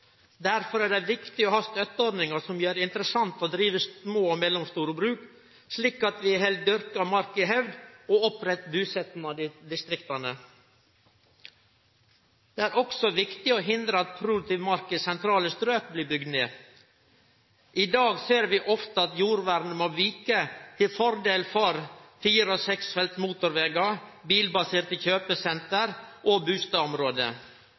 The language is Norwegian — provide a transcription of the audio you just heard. Derfor er det viktig å ha støtteordningar som gjer det interessant å drive små og mellomstore bruk, slik at vi held dyrka mark i hevd og held oppe busetnaden i distrikta. Det er også viktig å hindre at produktiv mark i sentrale strøk blir bygd ned. I dag ser vi ofte at jordvernet må vike til fordel for fire- og seksfelts motorvegar, bilbaserte kjøpesenter og bustadområde.